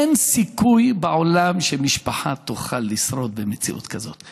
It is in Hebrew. אין סיכוי בעולם שמשפחה תוכל לשרוד במציאות כזאת.